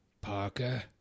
Parker